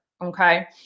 okay